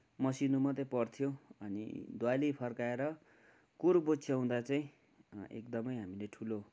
मसिनो मात्रै पर्थ्यो अनि दुवाली फर्काएर कुर बुच्च्याउँदा चाहिँ एकदमै हामीले ठुलो